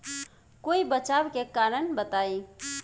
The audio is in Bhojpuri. कोई बचाव के कारण बताई?